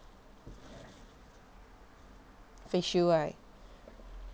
face shield right